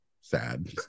sad